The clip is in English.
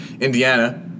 Indiana